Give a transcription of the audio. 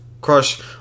crush